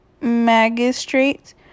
magistrates